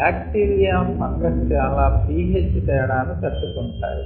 bacteria fungus చాలా pH తేడా ను తట్టుకొంటాయి